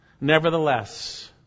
nevertheless